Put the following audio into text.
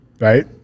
right